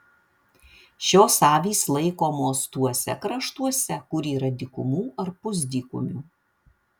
šios avys laikomos tuose kraštuose kur yra dykumų ar pusdykumių